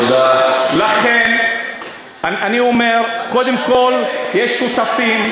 לכן אני אומר, קודם כול, יש שותפים.